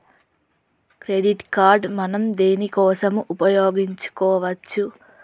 Credit card మనం దేనికోసం ఉపయోగించుకోవచ్చు?